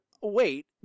Wait